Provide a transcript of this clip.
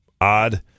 odd